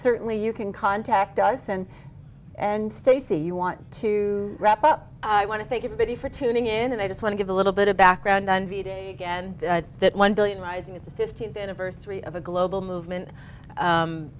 certainly you can contact us and and stacy you want to wrap up i want to thank everybody for tuning in and i just want to give a little bit of background on v day again that one billion rising at the fifteenth anniversary of a global movement